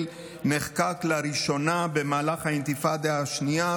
נחקק לראשונה במהלך האינתיפאדה השנייה,